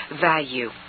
value